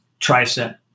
tricep